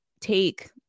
take